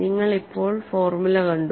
നിങ്ങൾ ഇപ്പോൾ ഫോർമുല കണ്ടു